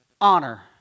Honor